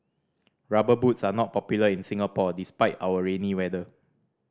Rubber Boots are not popular in Singapore despite our rainy weather